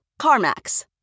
CarMax